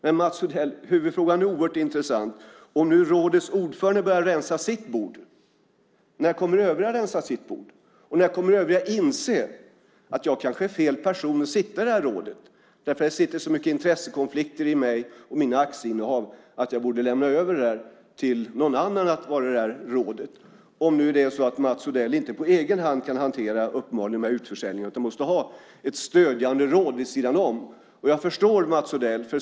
Men, Mats Odell, huvudfrågan är oerhört intressant. Om nu rådets ordförande börjar rensa sitt bord, när kommer övriga att rensa sina bord, och när kommer övriga att inse att de kanske är fel personer att sitta i detta råd eftersom de och deras aktieinnehav innebär så mycket intressekonflikter att de borde lämna över till andra att sitta i detta råd, om Mats Odell inte på egen hand kan hantera dessa utförsäljningar utan måste ha ett stödjande råd vid sidan om? Jag förstår Mats Odell.